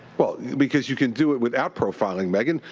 well, because you can do it without profiling, megyn,